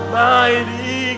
mighty